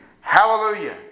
Hallelujah